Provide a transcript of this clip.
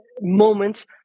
moments